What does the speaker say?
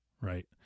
right